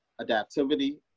Adaptivity